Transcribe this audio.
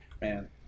man